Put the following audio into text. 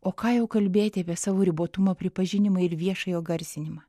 o ką jau kalbėti apie savo ribotumo pripažinimą ir viešą jo garsinimą